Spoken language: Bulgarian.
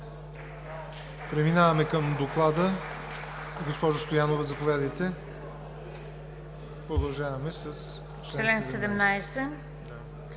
Преминаваме към Доклада. Госпожо Стоянова, заповядайте. Продължаваме с